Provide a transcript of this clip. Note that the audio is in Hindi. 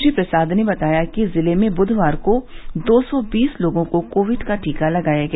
श्री प्रसाद ने बताया कि जिले में बुधवार दो सौ बीस लोगों को कोविड का टीका लगाया गया